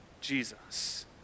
Jesus